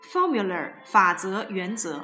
Formula,法则,原则